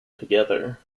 together